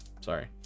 Sorry